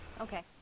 Okay